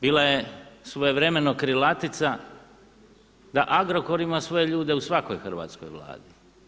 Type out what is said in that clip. Bila je svojevremeno krilatica da Agrokor ima svoje ljude u svakoj hrvatskoj Vladi.